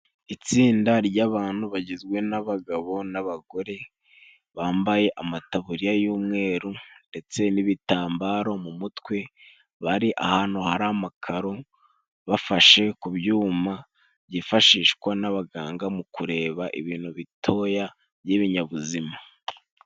Itsinda ry'abantu bagizwe n'abagabo n'abagore bambaye amataburiya y'umweru ndetse n'ibitambaro mu mutwe, bari ahantu hari amakaro bafashe ku byuma, byifashishwa n'abaganga mu kureba ibintu bitoya by'ibinyabuzima.